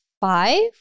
five